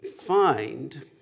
find